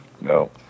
No